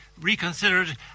reconsidered